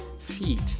feet